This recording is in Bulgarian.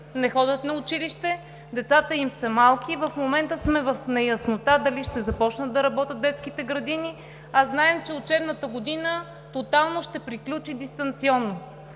не ходят на училище, децата им са малки. В момента сме в неяснота дали ще започнат да работят детските градини. Знаем, че учебната година ще приключи тотално дистанционно.